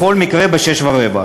בכל מקרה ב-18:15.